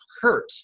hurt